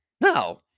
Now